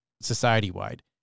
society-wide